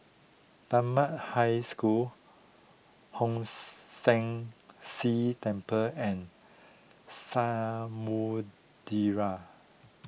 Dunman High School Hong San See Temple and Samudera